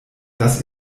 dass